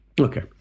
Okay